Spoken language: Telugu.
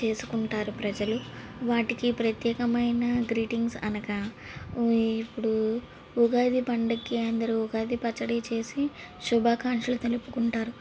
చేసుకుంటారు ప్రజలు వాటికి ప్రత్యేకమైన గ్రీటింగ్స్ అనగా ఇప్పుడు ఉగాది పండక్కి అందరు ఉగాది పచ్చడి చేసి శుభాకాంక్షలు తెలుపుకుంటారు